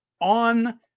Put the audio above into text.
on